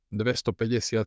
250